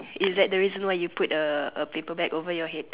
is that a reason why you put a a paper bag over your head